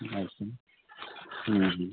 ᱟᱪᱪᱷᱟ ᱦᱮᱸ ᱦᱮᱸ